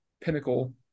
pinnacle